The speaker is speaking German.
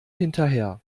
hinterher